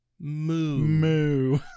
moo